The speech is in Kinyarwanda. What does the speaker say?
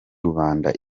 rubanda